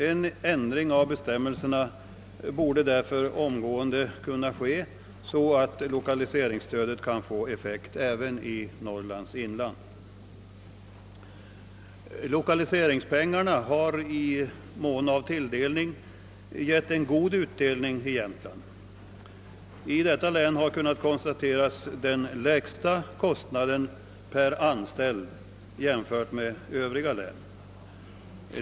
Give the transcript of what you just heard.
En ändring av bestämmelserna borde därför omgående genomföras så att lokaliseringsstödet kan få effekt även i Norrlands inland. Lokaliseringspengarna har i mån av tilldelning gett god utdelning i Jämtland — detta län har kunnat notera den lägsta kostnaden per anställd jämfört med övriga län.